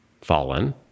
fallen